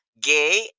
gay